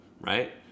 right